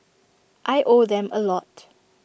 I owe them A lot